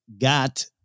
got